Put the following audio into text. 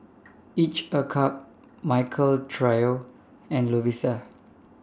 Each A Cup Michael Trio and Lovisa